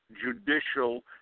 judicial